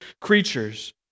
creatures